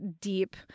deep